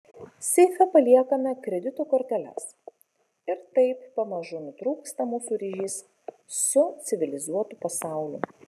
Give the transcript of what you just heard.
seife paliekame kredito korteles ir taip pamažu nutrūksta mūsų ryšys su civilizuotu pasauliu